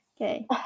Okay